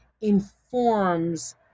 informs